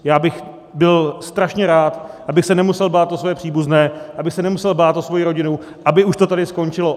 Já bych byl strašně rád, abych se nemusel bát o své příbuzné, abych se nemusel bát o svoji rodinu, aby už to tady skončilo.